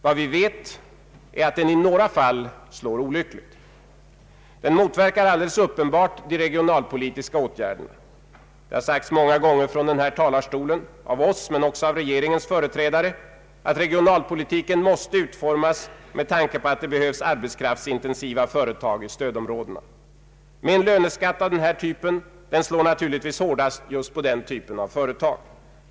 Vad vi vet är att den i några fall slår olyckligt. Den motverkar alldeles uppenbart de regionalpolitiska åtgärderna. Det har sagts många gånger från denna talarstol av oss, men även av regeringens företrädare, att regionalpolitiken måste utformas med tanke på att det behövs arbetskraftsintensiva företag i stödområdena. Men en löneskatt av den här typen slår naturligtvis hårdast just på detta slag av företag.